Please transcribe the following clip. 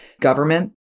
government